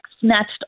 snatched